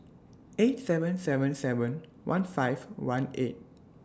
eight seven seven seven one five one eight